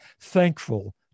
thankful